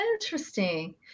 Interesting